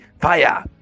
fire